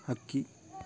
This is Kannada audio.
ಹಕ್ಕಿ